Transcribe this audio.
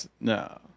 No